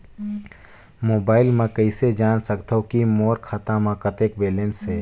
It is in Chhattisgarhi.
मोबाइल म कइसे जान सकथव कि मोर खाता म कतेक बैलेंस से?